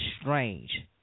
strange